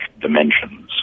dimensions